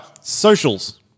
socials